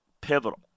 pivotal